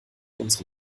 unsere